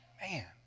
Man